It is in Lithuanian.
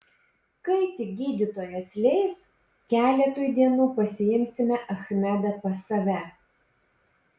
kai tik gydytojas leis keletui dienų pasiimsime achmedą pas save